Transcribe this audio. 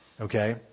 okay